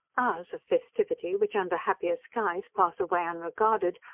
hours of festivity, which under happier skies pass away unregarded,